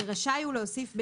ורשאי הוא להוסיף,